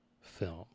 film